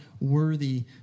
worthy